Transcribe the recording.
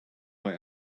why